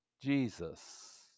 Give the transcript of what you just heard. Jesus